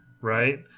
right